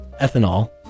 ethanol